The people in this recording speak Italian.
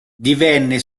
divenne